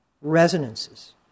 resonances